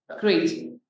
great